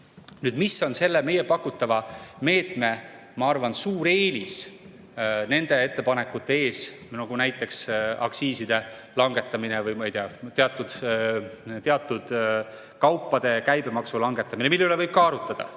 Mis on meie pakutava meetme, ma arvan, suur eelis selliste ettepanekute ees, nagu näiteks aktsiiside langetamine või teatud kaupade käibemaksu langetamine, mille üle võib ka arutleda?